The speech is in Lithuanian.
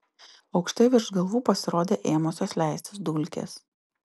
aukštai virš galvų pasirodė ėmusios leistis dulkės